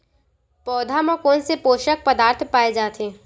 पौधा मा कोन से पोषक पदार्थ पाए जाथे?